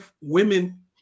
women